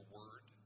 word